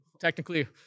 technically